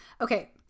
okay